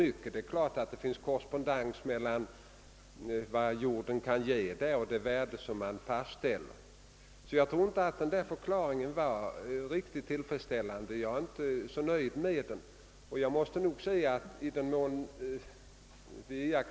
Det finns naturligtvis en viss korrespondens mellan vad jorden kan ge och det värde man fastställer. Jag är därför inte så nöjd med den förklaring som herr Hansson i Skegrie gav.